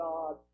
God